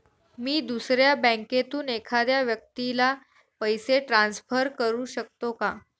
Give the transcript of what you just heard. मी दुसऱ्या बँकेतून एखाद्या व्यक्ती ला पैसे ट्रान्सफर करु शकतो का?